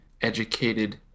educated